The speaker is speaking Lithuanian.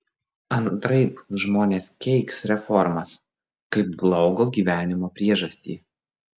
antraip žmonės keiks reformas kaip blogo gyvenimo priežastį